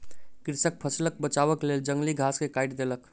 कृषक फसिलक बचावक लेल जंगली घास के काइट देलक